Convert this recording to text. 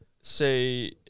say